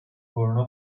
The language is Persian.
کرونا